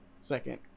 second